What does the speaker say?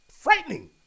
Frightening